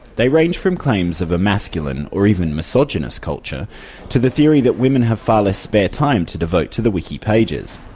they range from claims of a masculine or even misogynist culture to the theory that women have far less spare time to devote to the wiki pages.